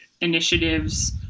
initiatives